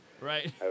Right